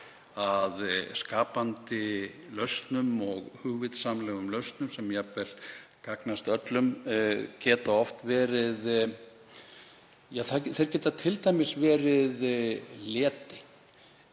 að skapandi lausnum og hugvitsamlegum lausnum sem gagnast jafnvel öllum geta oft verið, ja, þeir geta t.d. verið leti.